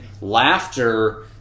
laughter